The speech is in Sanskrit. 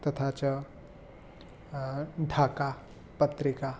तथा च ढाकापत्रिका